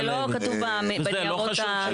זה לא חשוב שהוא יישמע?